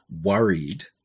worried